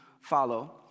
follow